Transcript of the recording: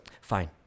fine